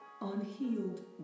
unhealed